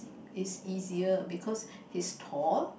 is easier because he's tall